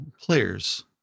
players